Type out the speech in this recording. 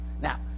Now